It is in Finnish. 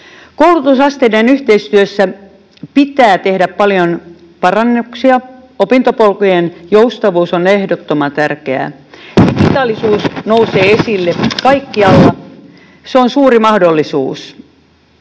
Koulutusasteiden yhteistyössä pitää tehdä paljon parannuksia. Opintopolkujen joustavuus on ehdottoman tärkeää. Digitalisuus nousee esille kaikkialla, se on suuri mahdollisuus,